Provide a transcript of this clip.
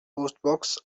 postbox